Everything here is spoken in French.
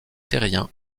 terriens